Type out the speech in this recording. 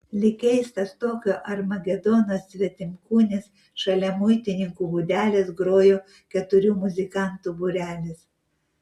lyg keistas tokio armagedono svetimkūnis šalia muitininkų būdelės grojo keturių muzikantų būrelis